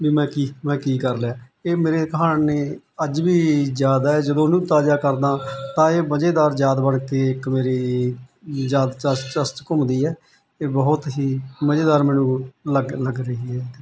ਵੀ ਮੈਂ ਕੀ ਮੈਂ ਕੀ ਕਰ ਲਿਆ ਇਹ ਮੇਰੇ ਕਹਾਣ ਨੇ ਅੱਜ ਵੀ ਯਾਦ ਹੈ ਜਦੋਂ ਉਹਨੂੰ ਤਾਜ਼ਾ ਕਰਦਾ ਤਾਂ ਇਹ ਮਜ਼ੇਦਾਰ ਯਾਦ ਬਣ ਕੇ ਇੱਕ ਮੇਰੀ ਯਾਦਦਾਸ਼ਤ ਚਸਤ ਘੁੰਮਦੀ ਹੈ ਇਹ ਬਹੁਤ ਹੀ ਮਜ਼ੇਦਾਰ ਮੈਨੂੰ ਲੱਗਣ ਲੱਗ ਰਹੀ ਹੈ